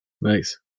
Nice